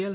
L